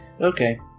Okay